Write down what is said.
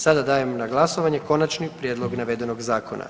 Sada dajem na glasovanje konačni prijedlog navedenog zakona.